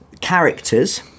characters